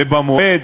ובמועד,